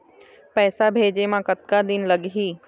पैसा भेजे मे कतका दिन लगही?